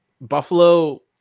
Buffalo